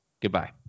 Goodbye